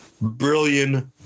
brilliant